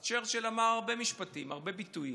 אז צ'רצ'יל אמר הרבה משפטים, הרבה ביטויים,